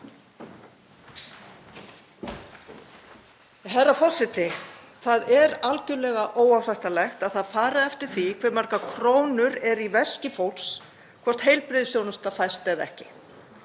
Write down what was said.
Herra forseti. Það er algjörlega óásættanlegt að það fari eftir því hve margar krónur eru í veski fólks hvort heilbrigðisþjónusta fæst eða ekki.